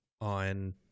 on